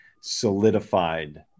solidified